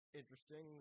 interesting